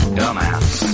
dumbass